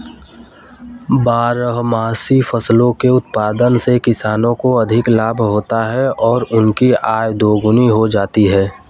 बारहमासी फसलों के उत्पादन से किसानों को अधिक लाभ होता है और उनकी आय दोगुनी हो जाती है